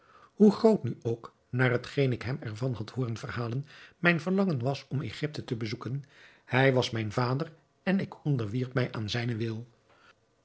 hoe groot nu ook naar hetgeen ik hem er van had hooren verhalen mijn verlangen was om egypte te bezoeken hij was mijn vader en ik onderwierp mij aan zijnen wil